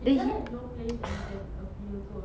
then h~